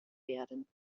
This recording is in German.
werden